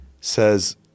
says